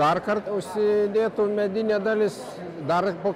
dar kartą užsidėtų medinė dalis dar po